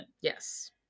Yes